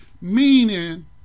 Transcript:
Meaning